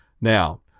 Now